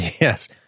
Yes